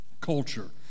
culture